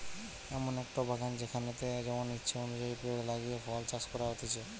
এমন একটো বাগান যেখানেতে যেমন ইচ্ছে অনুযায়ী পেড় লাগিয়ে ফল চাষ করা হতিছে